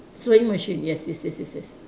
sewing machine yes yes yes yes yes